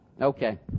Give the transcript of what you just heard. Okay